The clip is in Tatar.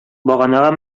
баганага